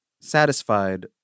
satisfied